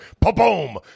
pa-boom